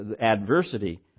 adversity